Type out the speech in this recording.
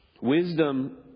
Wisdom